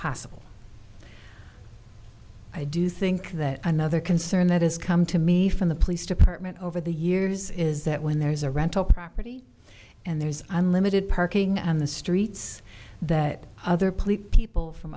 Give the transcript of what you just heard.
possible i do think that another concern that has come to me from the police department over the years is that when there is a rental property and there is unlimited parking on the streets that other police people from